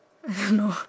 so we talk